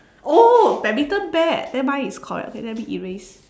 oh badminton bat then mine is correct okay let me erase